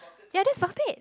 yeah that's about it